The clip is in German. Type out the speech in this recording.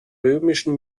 römischen